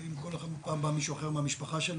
ואם כל פעם בא מישהו אחר מהמשפחה שלו.